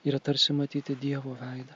yra tarsi matyti dievo veidą